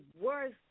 worst